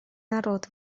народ